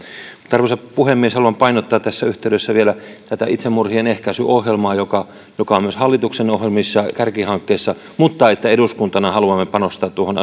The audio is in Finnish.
arvoisa puhemies haluan painottaa tässä yhteydessä vielä tätä itsemurhien ehkäisyohjelmaa se on myös hallituksen ohjelmissa ja kärkihankkeissa mutta eduskuntana haluamme panostaa tuohon